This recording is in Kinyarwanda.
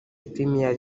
premier